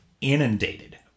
inundated